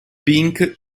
pink